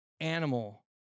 animal